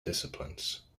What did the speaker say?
disciplines